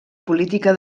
política